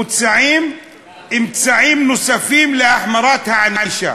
מוצעים אמצעים נוספים להחמרת הענישה.